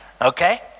Okay